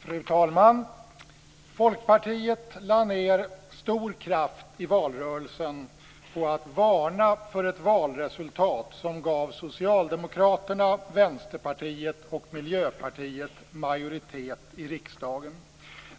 Fru talman! Folkpartiet lade ned stor kraft i valrörelsen på att varna för ett valresultat som gav Socialdemokraterna, Vänsterpartiet och Miljöpartiet majoritet i riksdagen.